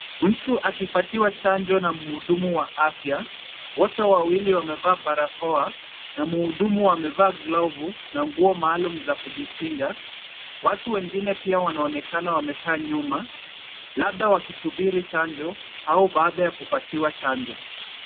Mtu akipatiwa chanjo na mhudumu wa afya. Wote wawili wamevaa barakoa na mhudumu amevaa glovu na nguo maalum za kujikinga. Watu wengine pia wanaonekana wamekaa nyuma, labda wakisubiri chanjo au baada ya kupatiwa chanjo.